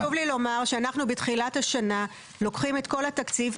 חשוב לי לומר שאנחנו בתחילת השנה לוקחים את כל התקציב.